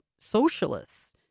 socialists